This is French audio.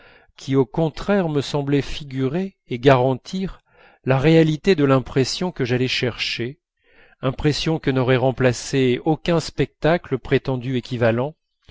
qui au contraire me semblait figurer et garantir la réalité de l'impression que j'allais chercher impression que n'aurait remplacée aucun spectacle prétendu équivalent